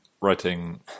Writing